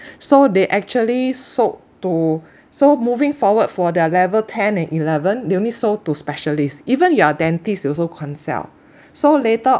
so they actually s~ sold to so moving forward for their level ten and eleven they only sold to specialist even you are dentist they also can't sell so later